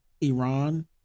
Iran